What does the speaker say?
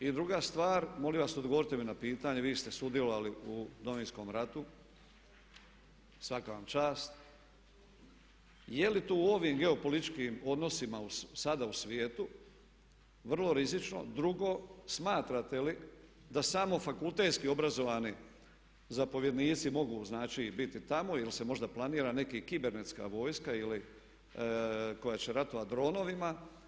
I druga stvar, molim vas odgovorite mi na pitanje, vi ste sudjelovali u Domovinskom ratu svaka vam čast, je li tu u ovim geopolitičkim odnosima sada u svijetu vrlo rizično, drugo smatrate li da samo fakultetski obrazovani zapovjednici mogu znači biti tamo, jel se možda planira neka kibernetska vojska koja će ratovati dronovima?